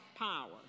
Power